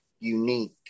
unique